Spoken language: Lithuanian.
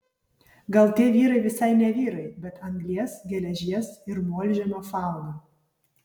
gal tie vyrai visai ne vyrai bet anglies geležies ir molžemio fauna